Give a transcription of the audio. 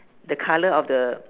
the colour of the